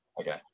Okay